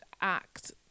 act